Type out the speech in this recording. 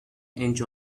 inch